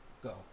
Go